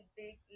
big